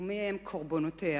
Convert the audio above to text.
ומיהם קורבנותיה?